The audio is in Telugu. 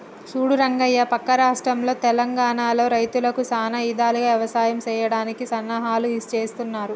సూడు రంగయ్య పక్క రాష్ట్రంలో తెలంగానలో రైతులకు సానా ఇధాలుగా యవసాయం సెయ్యడానికి సన్నాహాలు సేస్తున్నారు